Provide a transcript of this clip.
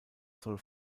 soll